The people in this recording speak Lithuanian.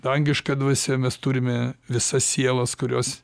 dangiška dvasia mes turime visas sielas kurios